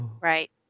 Right